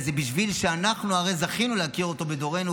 אנחנו הרי זכינו להכיר אותו בדורנו,